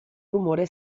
rumore